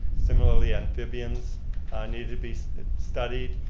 similarly, amphibians need to be studied.